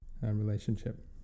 relationship